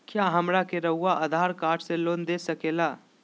क्या हमरा के रहुआ आधार कार्ड से लोन दे सकेला?